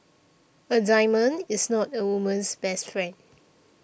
a diamond is not a woman's best friend